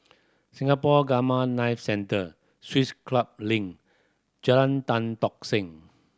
Singapore Gamma Knife Centre Swiss Club Link Jalan Tan Tock Seng